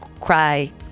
cry